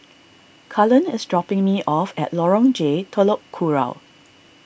Cullen is dropping me off at Lorong J Telok Kurau